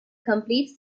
complete